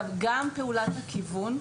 גם פעולת הכיוון,